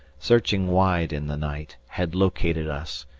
searching wide in the night, had located us,